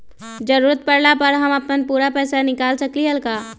जरूरत परला पर हम अपन पूरा पैसा निकाल सकली ह का?